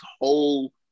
whole